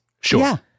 Sure